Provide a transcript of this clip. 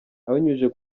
abinyujije